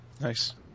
Nice